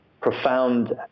profound